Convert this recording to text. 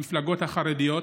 המפלגות החרדיות.